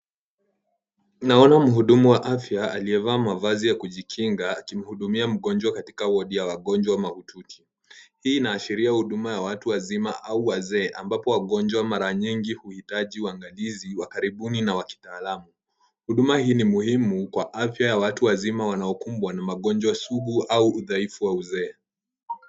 Naona mhudumu wa afya aliyevaa mavazi ya kujikinga akimhudumia mgonjwa katika wodi ya wagonjwa mahututi. Hii inaashiria huduma ya watu wazima au wazee ambapo wagonjwa mara nyingi huhitaji uangalizi wa karibuni na wa kitaalamu. Huduma hii ni muhimu kwa afya ya watu wazima wanaokumbwa na magonjwa sugu au udhaifu wa uzee.